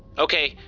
okay.